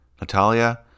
Natalia